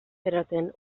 zareten